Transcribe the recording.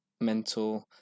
mental